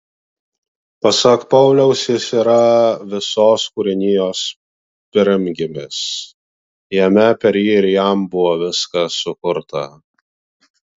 pasak pauliaus jis yra visos kūrinijos pirmgimis jame per jį ir jam buvo viskas sukurta